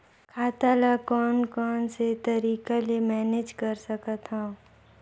खाता ल कौन कौन से तरीका ले मैनेज कर सकथव?